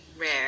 rare